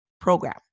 program